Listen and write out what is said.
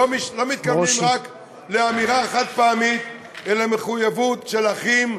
אנחנו לא מתכוונים רק לאמירה חד-פעמית אלא למחויבות של אחים,